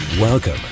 Welcome